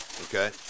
Okay